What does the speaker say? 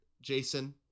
Jason